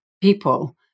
people